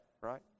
right